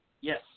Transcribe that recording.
Yes